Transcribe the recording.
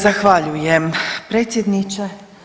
Zahvaljujem predsjedniče.